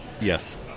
Yes